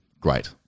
Great